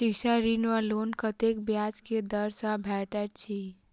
शिक्षा ऋण वा लोन कतेक ब्याज केँ दर सँ भेटैत अछि?